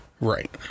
Right